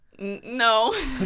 no